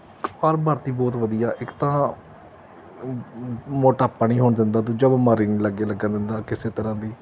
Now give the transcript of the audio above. ਕਪਾਲ ਭਾਤੀ ਬਹੁਤ ਵਧੀਆ ਇੱਕ ਤਾਂ ਮੋ ਮੋਟਾਪਾ ਨਹੀਂ ਹੋਣ ਦਿੰਦਾ ਦੂਜਾ ਬਿਮਾਰੀ ਨਹੀਂ ਲਾਗੇ ਲੱਗਣ ਦਿੰਦਾ ਕਿਸੇ ਤਰ੍ਹਾਂ ਦੀ